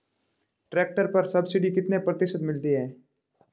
Tractor पर subsidy कितने प्रतिशत मिलती है?